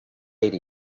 each